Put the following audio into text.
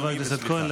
תודה לחבר הכנסת כהן.